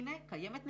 הנה, קיימת נציבות,